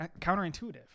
counterintuitive